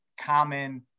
common